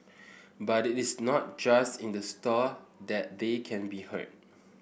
but it is not just in the store that they can be heard